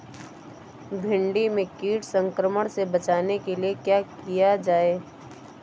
भिंडी में कीट संक्रमण से बचाने के लिए क्या किया जाए?